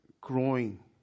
growing